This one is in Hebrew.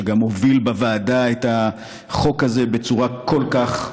שגם הוביל בוועדה את החוק הזה בצורה כל כך נחושה,